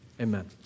Amen